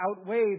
outweigh